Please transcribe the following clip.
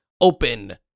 open